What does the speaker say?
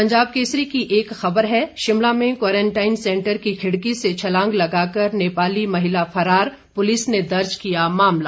पंजाब केसरी की एक खबर है शिमला में क्वारंटाइन सैंटर की खिड़की से छलांग लगाकर नेपाली महिला फरार पुलिस ने दर्ज किया मामला